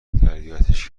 تربیتش